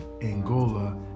Angola